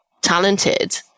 talented